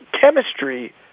chemistry